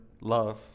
love